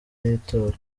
y’itora